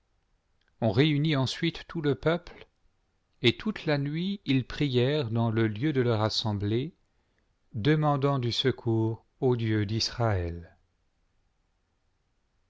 on réunit ensuite tout le peuple et toute la nuit ils prièrent dans le lieu de leur assemblée demandant du secours au dieu d'israël